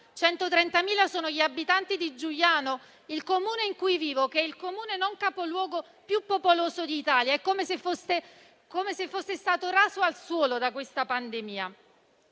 130.000 sono gli abitanti di Giugliano, dove vivo, che è il Comune non capoluogo più popoloso d'Italia ed è come se fosse stato raso al suolo da questa pandemia.